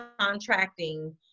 contracting